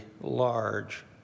large